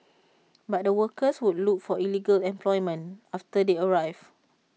but the workers would look for illegal employment after they arrive